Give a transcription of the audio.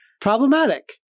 problematic